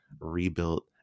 rebuilt